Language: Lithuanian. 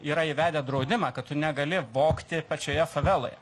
yra įvedę draudimą kad tu negali vogti pačioje faveloje